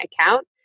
account